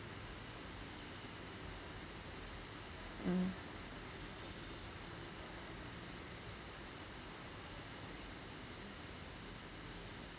mm